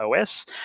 OS